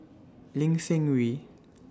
Lin Seng Wee